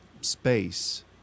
space